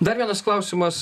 dar vienas klausimas